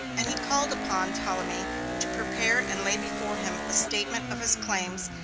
and he called upon ptolemy to prepare and lay before him a statement of his claims,